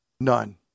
None